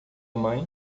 mãe